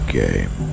game